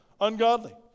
Ungodly